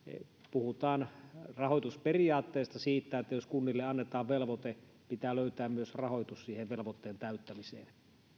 puhutaan rahoitusperiaatteesta siitä että jos kunnille annetaan velvoite pitää löytää myös rahoitus siihen velvoitteen täyttämiseen